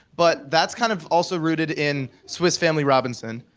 but that's kind of also rooted in swiss family robinson,